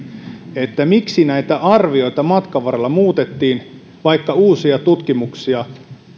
miksi näitä arvioita matkan varrella muutettiin vaikka uusia tutkimuksia